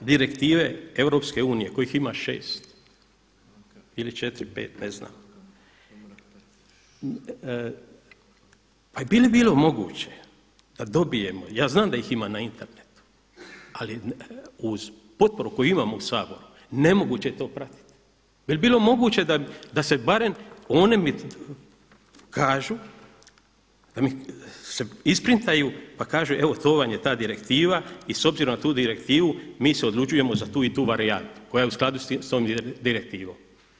Direktive Europske unije kojih ima 6 ili 4, 5, ne znam, pa jel' bi bilo moguće da dobijemo, ja znam da ih ima na internetu ali uz potporu koju imamo u Saboru nemoguće je to pratiti, bi li bilo moguće da se barem oni da mi kažu da se isprintaju pa kažu evo to vam je ta direktiva i s obzirom na tu direktivu mi se odlučujemo za tu i tu varijantu koja je u skladu sa tom direktivom?